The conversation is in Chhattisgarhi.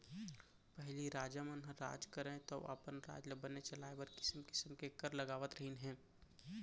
पहिली राजा मन ह राज करयँ तौ अपन राज ल बने चलाय बर किसिम किसिम के कर लगावत रहिन हें